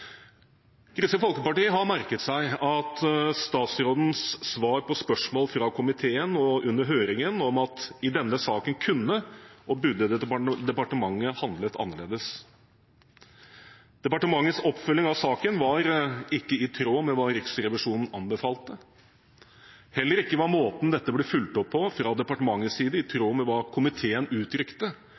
Kristelig Folkeparti har merket seg statsrådens svar på spørsmål fra komiteen under høringen om at i denne saken kunne og burde departementet handlet annerledes. Departementets oppfølging av saken var ikke i tråd med det Riksrevisjonen anbefalte. Heller ikke var måten dette ble fulgt opp på fra departementets side, i tråd med det komiteen uttrykte